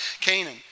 Canaan